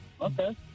Okay